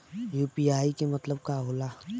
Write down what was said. UPI के मतलब का होला?